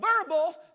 verbal